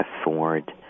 afford